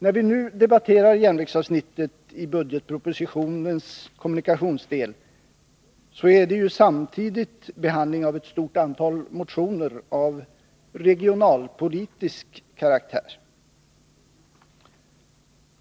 När vi nu debatterar järnvägsavsnittet i budgetpropositionens kommunikationsdel så är det ju samtidigt fråga om behandling av ett stort antal motioner av regionalpolitisk karaktär.